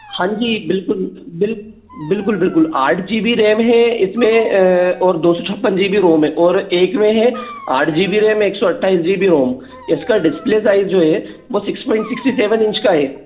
हाँ जी बिल्कुल बिलकुल बिल्कुल आठ जी बी रैम है इसमें और दौ सौ छप्पन जी बी रोम है और एक में है आठ जी बी रैम एक सौ अट्ठाईस जी बी रोम इसका डिस्प्ले साइज जो है वो six point sixty seven inch का है